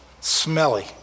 smelly